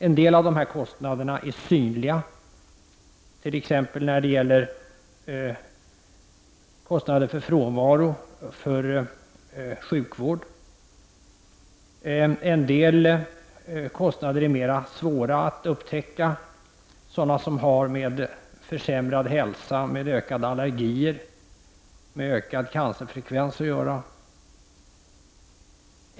En del av dessa kostnader är synliga, t.ex. kostnader för frånvaro och för sjukvård, en del kostnader är svårare att upptäcka, exempelvis sådana som har med försämrad hälsa, ökad förekomst av allergier och ökad cancerfrekvens att göra.